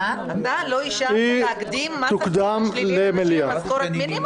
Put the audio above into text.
אתה לא אישרת להקדים מס הכנסה שלילי משכורת מינימום?